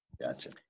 Gotcha